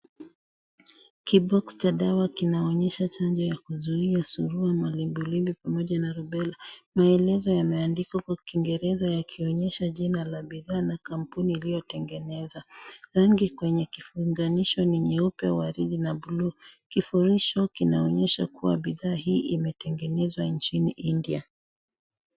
Kiboksi cha dawa kinaonyesha chanjo yaa kuzuia surua, malimbilimbi pamoja na rubela maelezo yameandikwa kwa kiingereza yakionyesha jina la bidhaa na kampuni iliyotengeneza .Rangi kwenye kifunganisho ni nyeupe waridi na bluu , kifurisho kinaonyesha kuwa bidhaa hii imetengenezewa India.